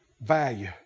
value